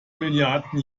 milliarden